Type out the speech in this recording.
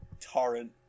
torrent